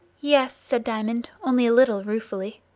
yes, said diamond, only a little ruefully.